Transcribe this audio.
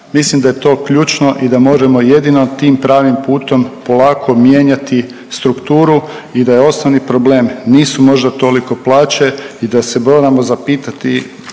mislim da je ključno i da možemo jedino tim pravnim putom polako mijenjati strukturu i da je osnovni problem nisu možda toliko plaće i da se moramo zapitati